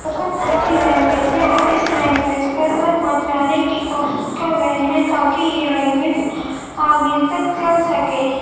بہت اچھی لینگویج ہے اور اس لینگویج کو سب بچانے کی کوشش کر رہے ہیں تاکہ یہ لینگویج آگے تک چل سکے